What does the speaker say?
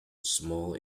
small